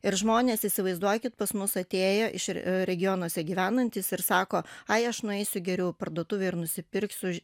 ir žmonės įsivaizduokit pas mus atėjo iš regionuose gyvenantys ir sako ai aš nueisiu geriau į parduotuvę ir nusipirksiu už